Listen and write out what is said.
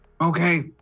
Okay